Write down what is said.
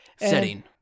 setting